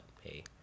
hey